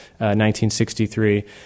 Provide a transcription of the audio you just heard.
1963